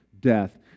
death